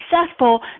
successful